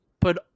put